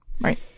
Right